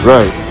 Right